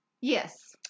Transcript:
Yes